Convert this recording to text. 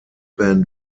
band